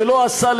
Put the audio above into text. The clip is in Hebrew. שלא עשה,